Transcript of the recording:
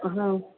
हा